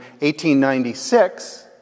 1896